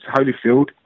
Holyfield